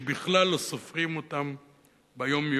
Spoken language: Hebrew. שבכלל לא סופרים אותם ביום-יום.